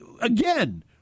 again